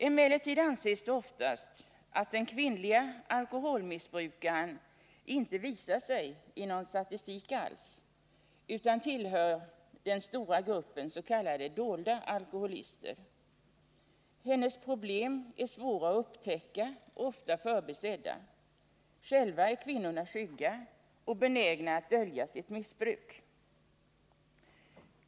Emellertid anses det oftast att den kvinnliga alkoholmissbrukaren inte visar sig i någon statistik alls utan tillhör den stora gruppen s.k. dolda alkoholister. Hennes problem är svåra att upptäcka och ofta förbisedda. Själva är kvinnorna skygga och benägna att dölja sitt missbruk.